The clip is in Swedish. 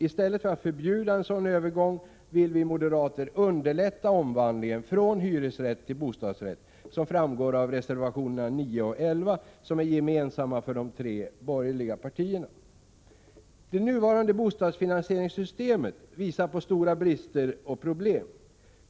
I stället för att förbjuda en sådan övergång vill vi moderater underlätta omvandlingen från hyresrätt till bostadsrätt, vilket framgår av reservationerna 9 och 11 som är gemensamma för de tre borgerliga partierna. Det nuvarande bostadsfinansieringssystemet visar på stora brister och problem.